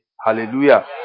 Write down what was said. hallelujah